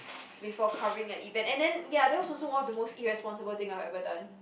before covering an event and then ya that was also one of the most irresponsible thing I've ever done